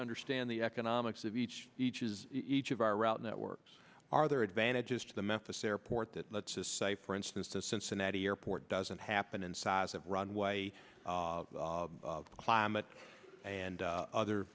understand the economics of each each is each of our route networks are there are advantages to the memphis airport that let's just say for instance the cincinnati airport doesn't happen in size of runway climate and other